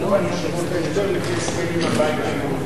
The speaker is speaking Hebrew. לטובת ישיבות ההסדר לפי הסכם עם הבית היהודי.